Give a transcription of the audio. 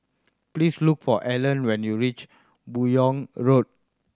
please look for Alan when you reach Buyong Road